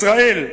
ישראל.